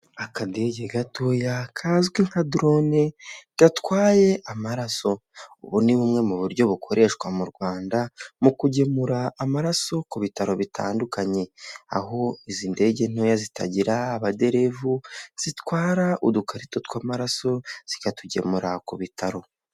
Akadege gatoya kazwi nka drone gatwaye amaraso, ubu ni bumwe mu buryo bukoreshwa mu Rwanda mu kugemura amaraso ku bitaro bitandukanye, aho izi ndege ntoya zitagira abaderevu zitwara udukarito tw'amaraso zikatugemura ku bitaro.